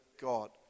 God